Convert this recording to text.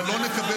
ולא נקבל